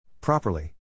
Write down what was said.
Properly